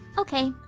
ok,